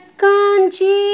kanchi